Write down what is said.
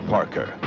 Parker